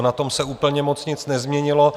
Na tom se úplně moc nic nezměnilo.